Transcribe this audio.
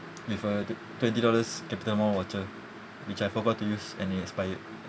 with a tw~ twenty dollars capitamall voucher which I forgot to use and it expired